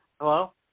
Hello